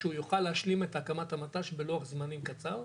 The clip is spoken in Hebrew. על מנת שהוא יוכל להשלים את הקמת המט"ש בלוח זמנים קצר.